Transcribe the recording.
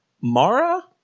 Mara